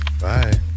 Bye